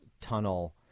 tunnel